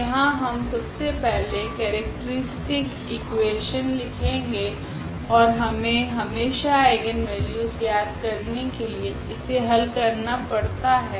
तो यहाँ हम सबसे पहले केरेक्ट्रीस्टिक इकुवेशन लिखेगे ओर हमे हमेशा आइगनवेल्यूस ज्ञात करने के लिए इसे हल करना पड़ता है